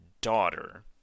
daughter